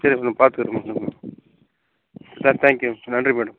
சரி மேடம் பார்த்துக்குறேன் மேடம் சரி தேங்க் யூ நன்றி மேடம்